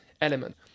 element